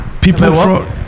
people